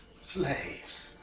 Slaves